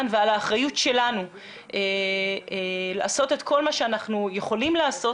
ועל האחריות שלנו לעשות את כל מה שאנחנו יכולים לעשות